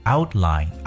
Outline